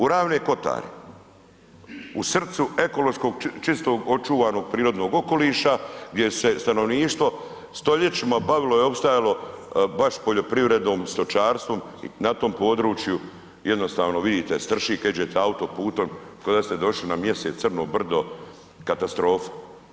U Ravne Kotare, u srcu ekološkog čistog očuvanog prirodnog okoliša gdje se stanovništvo stoljećima bavilo i opstajalo baš poljoprivredom, stočarstvom, na tom području jednostavno vidite strši kad idete autoputom kao da ste došli na mjesec crno brdo, katastrofa.